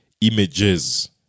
images